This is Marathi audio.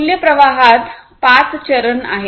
मूल्य प्रवाहात पाच चरण आहेत